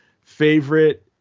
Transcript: favorite